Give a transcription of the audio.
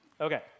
Okay